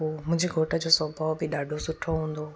पोइ मुंहिंजे घोट जो स्वभाव बि ॾाढो सुठो हूंदो